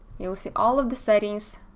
you will see all of the settings,